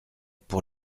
pour